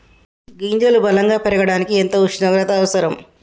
గింజలు బలం గా పెరగడానికి ఎంత ఉష్ణోగ్రత అవసరం?